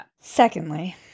Secondly